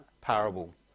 parable